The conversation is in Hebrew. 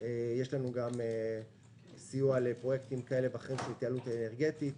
יש לנו גם סיוע לפרויקטים כאלה ואחרים של התייעלות אנרגטית,